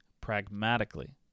pragmatically